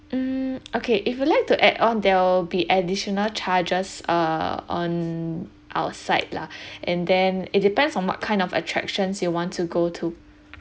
mm okay if you'd like to add on there will be additional charges uh on our side lah and then it depends on what kind of attractions you want to go to